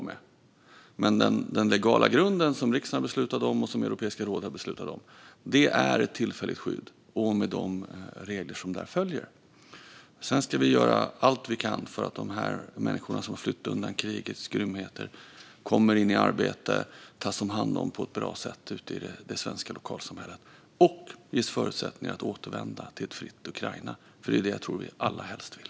Men den legala grunden som riksdagen beslutade om och som Europeiska rådet har beslutat om är tillfälligt skydd och de regler som följer av det. Vi ska göra allt vi kan för att de människor som har flytt undan krigets grymheter ska komma i arbete och tas om hand på ett bra sätt ute i det svenska lokalsamhället och ges förutsättningar att återvända till ett fritt Ukraina. Jag tror att det är vad vi alla helst vill.